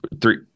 Three